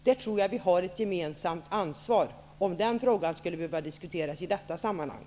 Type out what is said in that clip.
Där tror jag att vi har ett gemensamt ansvar, om den frågan skulle behöva diskuteras i detta sammanhang.